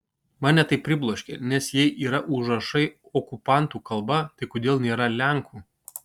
mane tai pribloškė nes jei yra užrašai okupantų kalba tai kodėl nėra lenkų